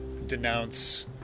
denounce